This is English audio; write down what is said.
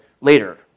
later